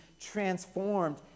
transformed